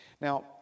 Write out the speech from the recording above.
Now